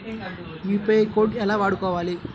UPI code ఎలా వాడుకోవాలి?